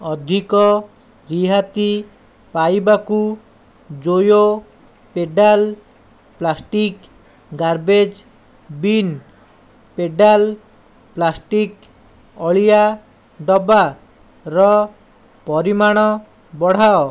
ଅଧିକ ରିହାତି ପାଇବାକୁ ଜୋୟୋ pedal plastic garbage bin pedal plastic ଅଳିଆ ଡବାର ପରିମାଣ ବଢ଼ାଅ